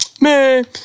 Man